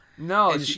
No